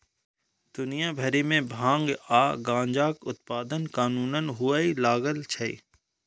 दुनिया भरि मे भांग आ गांजाक उत्पादन कानूनन हुअय लागल छै